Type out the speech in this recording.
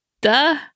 Duh